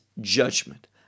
judgment